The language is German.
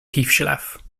tiefschlaf